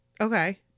Okay